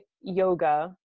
yoga